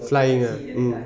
flying ah mm